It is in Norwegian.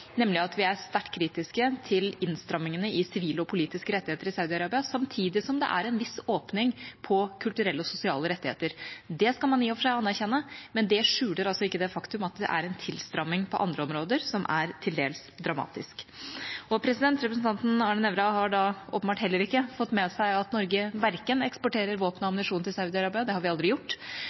nemlig at vi er sterkt kritiske til innstrammingene i sivile og politiske rettigheter i Saudi-Arabia. Samtidig er det en viss åpning på kulturelle og sosiale rettigheter. Det skal man i og for seg anerkjenne, men det skjuler altså ikke det faktum at det er en tilstramming på andre områder som er til dels dramatisk. Representanten Arne Nævra har åpenbart heller ikke fått med seg at Norge verken eksporterer våpen og ammunisjon til Saudi-Arabia – det har vi aldri gjort